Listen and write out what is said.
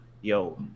Yo